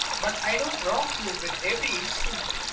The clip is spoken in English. but i don't wrong you with every instinct,